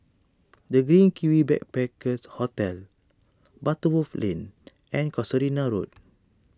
the Green Kiwi Backpacker Hostel Butterworth Lane and Casuarina Road